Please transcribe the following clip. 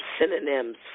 synonyms